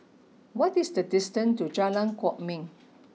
what is the distance to Jalan Kwok Min